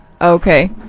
Okay